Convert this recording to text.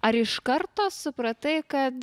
ar iš karto supratai kad